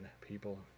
people